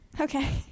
Okay